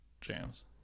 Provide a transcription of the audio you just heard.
jams